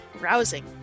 rousing